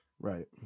Right